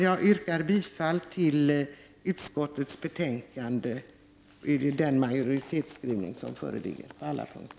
Jag yrkar bifall till den majoritetsskrivning som föreligger i utskottets hemställan på alla punkter.